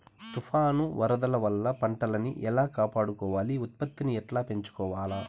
తుఫాను, వరదల వల్ల పంటలని ఎలా కాపాడుకోవాలి, ఉత్పత్తిని ఎట్లా పెంచుకోవాల?